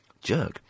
Jerk